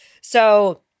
So-